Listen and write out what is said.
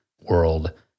world